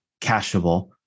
cacheable